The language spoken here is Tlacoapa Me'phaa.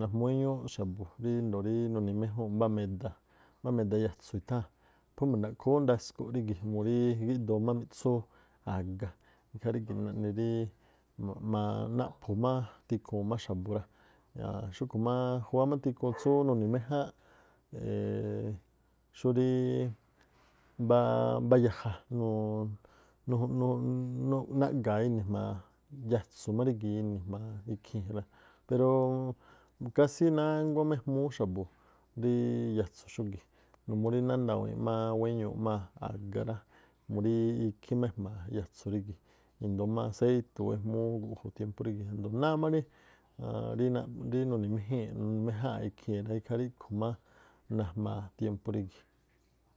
Najmúú éñúú xa̱bu̱ rá ríndo̱o rí nuni̱ méjúu̱nꞌ mbá meda meda ya̱tsu̱ itháa̱n phú ma̱ndaꞌkhoo ú ndasku̱ꞌ rígi̱ꞌ numuu rí gíꞌdoo má miꞌtsúú a̱ga. Ikhaa rígi̱ naꞌni ríí naꞌphú máá tikhuun xa̱bu̱ rá xúꞌkhu̱ má júwá má tikhuun tsú nuni̱ méjáánꞌ, e̱e̱e̱ xúrí mbáá yajan naꞌga̱a̱ ini̱ jma̱a yatsu̱ má rígi̱ ini̱ jma̱a ikhii̱n jará pero kasí nánguá má ejmúú xa̱abu̱ rí yatsu̱ xúgi̱, numuu rí nándawii̱nꞌ wéñuuꞌ má a̱ga rá mu rí ikhí má ejma̱a̱ yatsu̱ rígi̱ i̱ndóó má asei̱tu̱ ú ejmúú gu̱ꞌju̱ tiémpú rígi̱, ajndoo̱ náá má rí nuni̱ méjáa̱nꞌ ikhii̱ rá. ikhaa rígi̱ má najmaa tiémpú rígi̱.